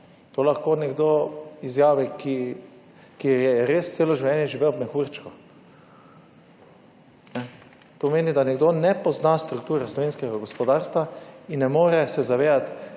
To lahko nekdo izjavi, ki je res celo življenje živel od mehurčkov. To pomeni, da nekdo ne pozna strukturo slovenskega gospodarstva in ne more se zavedati